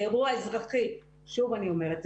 באירוע אזרחי, שוב אני אומרת.